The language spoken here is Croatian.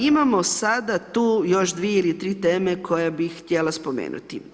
Imamo sada tu još 2 ili 3 teme koje bih htjela spomenuti.